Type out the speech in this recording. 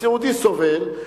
הסיעודי סובל,